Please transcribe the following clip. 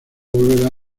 volverá